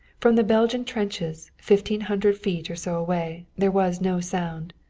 from the belgian trenches, fifteen hundred feet or so away, there was no sound.